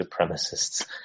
supremacists